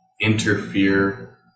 interfere